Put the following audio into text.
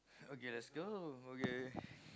okay let's go okay